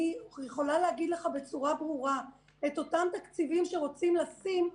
אני יכולה להגיד לך בצורה ברורה: את אותם תקציבים שרוצים לשים,